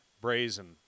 brazen